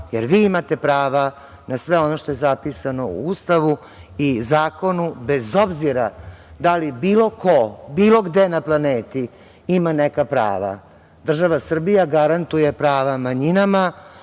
jer vi imate prava na sve ono što je zapisano u Ustavu i zakonu bez obzira da li bilo ko, bilo gde na planeti ima neka prava. Država Srbija garantuje prava manjinama